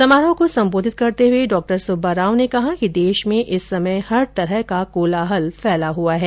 समारोह को संबोधित करते हुए डॉ सुब्बाराव ने कहा कि देश में इस समय हर तरफ कोलाहल फैला हुआ है